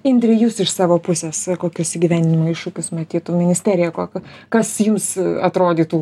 indre jūs iš savo pusės kokius įgyvenimo iššūkius matytų ministerija kokiu kas jums atrodytų